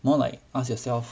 more like ask yourself